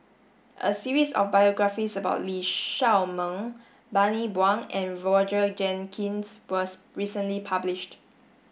a series of biographies about Lee Shao Meng Bani Buang and Roger Jenkins was recently published